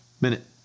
Minute